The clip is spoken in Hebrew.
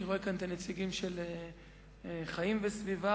אני רואה כאן את הנציגים של "חיים וסביבה".